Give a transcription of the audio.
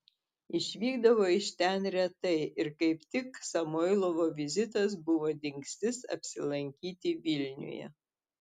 išvykdavo iš ten retai ir kaip tik samoilovo vizitas buvo dingstis apsilankyti vilniuje